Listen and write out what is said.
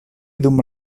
dum